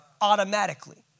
automatically